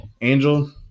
Angel